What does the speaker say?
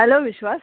hello Vishwas